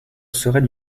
serait